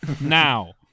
now